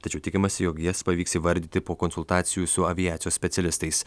tačiau tikimasi jog jas pavyks įvardyti po konsultacijų su aviacijos specialistais